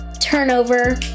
turnover